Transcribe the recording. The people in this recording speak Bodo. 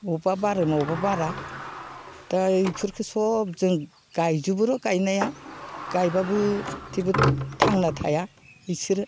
बबेबा बारो बबेबा बारा दा बिफोरखौ सब जों गायजोबो र' गायनाया गायबाबो थेवबो थांना थाया बिसोरो